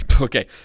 okay